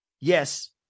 yes